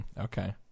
Okay